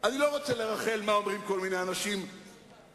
לא אתה, אלא הכתובת בעיני היא הקואליציה,